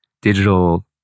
digital